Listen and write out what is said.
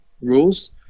rules